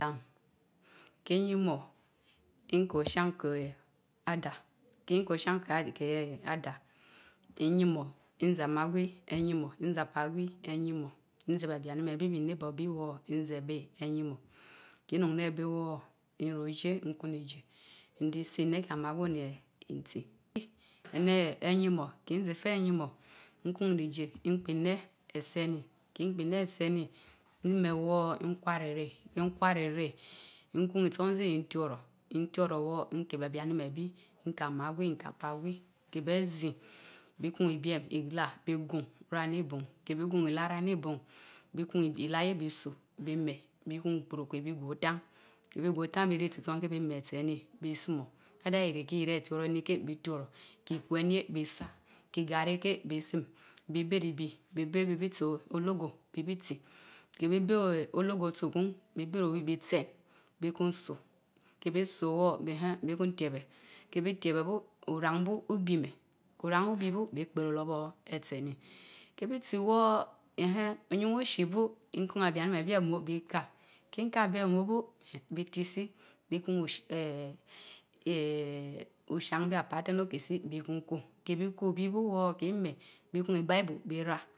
kin yimo, Kin ko oshan ké Adaa kin ko asehi ko Oshan ké Adaa, kin yimo nzeé amaa gwi ayimo nzee apaagui abianime gwi bi neighbor gwi woor nze abe ayimó, hin ruun neébé woor, nru ijeenkun vise, nji se ineke amaa gwi ónevanti. Ené, ayimó kin zé Te ayimo nkun ride, npine kin pi ine aseninme woor inkuara ire kin kuara ke nkun isonzi ntioro ntioro voor, nke abianime gwi, nke amaa gwi, nae apaa gwi, ke be zi nkun i biem, ila bi gun ra ini bun. ke bi gun ila tani bun bi bean ila ye kar sobi me bikan kpuruke bigwe otan, ke bigwe Otan bi je ti isáán ke bi me aseni, bi sumo either ini ke ire atioro ni bee, bi ti oro, ke kwenye 'bi say. tke gari ke, bi sim bi beribi bi bé bibitso ologo bi biti ke bi bee Ologo otu kun bi be owi bi tien bi kur So, ke bi so woór bi kun tiebe kebi ti ebe by, oran buu̇bi mé ko raan bi bu bi pi olorbor aseni ke bitsi woor eenhen! oyun oshi bu niku abianima bi amo bika, Kinka beé amo bu, bi tisi nku osh ecchin! Oshar si qpaa O ke si bi kun ko, ke bi kobi by woor ki me, bi hun libible bira